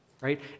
right